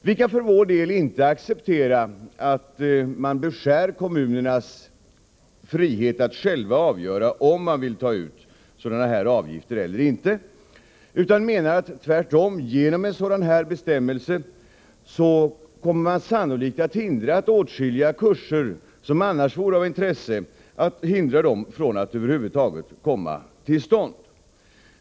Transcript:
Vi kan för vår del inte acceptera att man beskär kommunernas frihet att själva avgöra om de vill ta ut sådana här avgifter eller inte. Vi anser tvärtom att man genom en sådan här bestämmelse sannolikt kommer att hindra åtskilliga kurser, som det kunde vara intresse av, att komma till stånd.